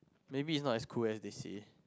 maybe it's not as cool as they say